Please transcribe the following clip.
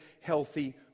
healthy